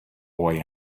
boy